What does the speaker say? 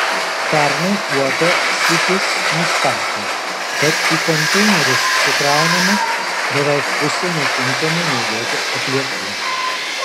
pernai uab sitis nustatė kad į konteinerius sukraunama beveik pusė netinkamų naudoti atliekų